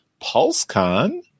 PulseCon